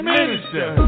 Minister